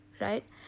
right